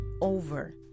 over